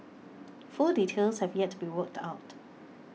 full details have yet to be worked out